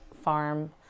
farm